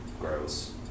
gross